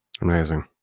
Amazing